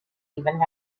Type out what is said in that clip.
even